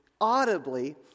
audibly